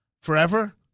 forever